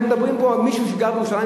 אנחנו מדברים פה על מישהו שגר בירושלים,